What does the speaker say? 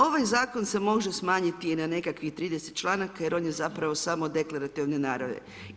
Ovaj Zakon se može smanjiti na nekakvih 30 članaka jer on je zapravo samo deklarativne naravi.